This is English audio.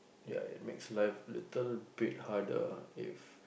ya it makes life little bit harder if